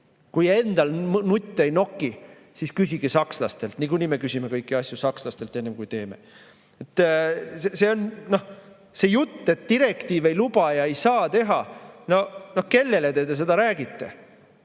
Kui endal nupp ei noki, siis küsige sakslastelt – niikuinii me küsime kõiki asju sakslastelt, enne kui teeme. See jutt, et direktiiv ei luba ja ei saa teha – kellele te seda räägite?